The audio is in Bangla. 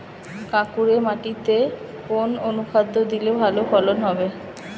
কাঁকুরে মাটিতে কোন অনুখাদ্য দিলে ভালো ফলন হবে?